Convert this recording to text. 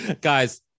guys